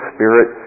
Spirit